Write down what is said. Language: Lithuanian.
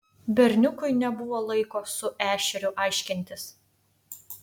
berniukui nebuvo laiko su ešeriu aiškintis